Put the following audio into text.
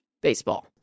baseball